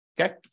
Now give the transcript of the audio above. okay